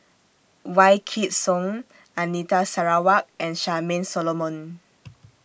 Wykidd Song Anita Sarawak and Charmaine Solomon